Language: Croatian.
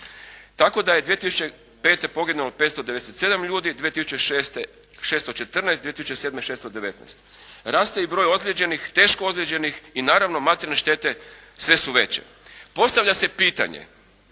tako da je 2005. poginulo 597 ljudi, 2006. 614, 2007. 619. Raste i broj ozlijeđenih, teško ozlijeđenih i naravno materijalne štete sve su veće. Postavlja se pitanje